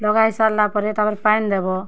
ଲଗା ହେଇସାର୍ଲା ପରେ ତା'ପ୍ରେ ପାଏନ୍ ଦେବ